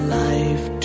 life